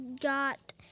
got